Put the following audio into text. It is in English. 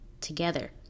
together